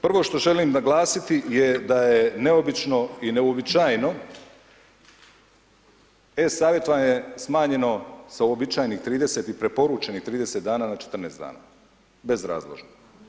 Prvo što želim naglasiti je da je neobično i neuobičajeno e-savjetovanje smanjeno sa uobičajenih 30 i preporučenih 30 dana na 14 dana bezrazložno.